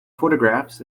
photographs